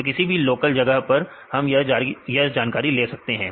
तो किसी भी लोकल जगह पर हम यह जानकारी ले सकते हैं